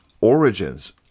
origins